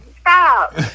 stop